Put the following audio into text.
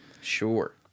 Sure